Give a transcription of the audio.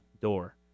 door